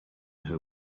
who